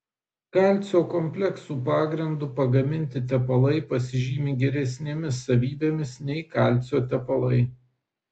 kalcio kompleksų pagrindu pagaminti tepalai pasižymi geresnėmis savybėmis nei kalcio tepalai